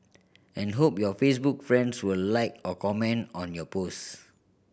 and hope your Facebook friends will like or comment on your post